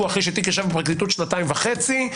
אחרי שתיק ישב בפרקליטות שנתיים וחצי.